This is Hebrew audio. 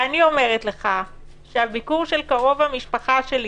ואני אומרת לך שהביקור של קרוב המשפחה שלי